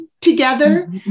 together